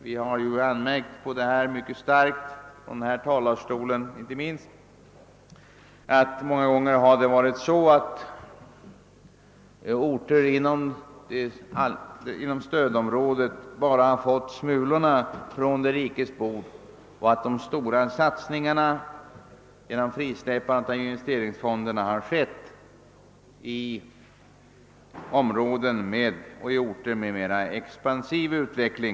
Vi har ju mycket kraftigt — inte minst från denna talarstol — anmärkt på att det många gånger varit så att orter inom stödområdet så att säga bara fått smulor från den rike mannens bord och att de stora satsningarna genom frisläppandet av investeringsfonderna har gällt orter med mera expansiv utveckling.